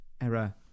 error